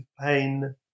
pain